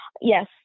yes